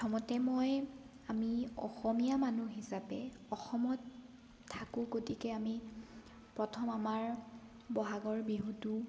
প্ৰথমতে মই আমি অসমীয়া মানুহ হিচাপে অসমত থাকোঁ গতিকে আমি প্ৰথম আমাৰ ব'হাগৰ বিহুটো